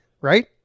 right